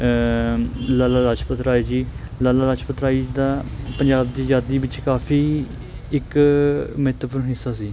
ਲਾਲਾ ਲਾਜਪਤ ਰਾਏ ਜੀ ਲਾਲਾ ਲਾਜਪਤ ਰਾਏ ਜੀ ਦਾ ਪੰਜਾਬ ਦੀ ਆਜ਼ਾਦੀ ਵਿੱਚ ਕਾਫੀ ਇੱਕ ਮਹੱਤਵਪੂਰਨ ਹਿੱਸਾ ਸੀ